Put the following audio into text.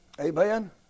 Amen